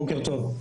בזום,